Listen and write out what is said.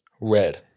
red